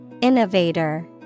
Innovator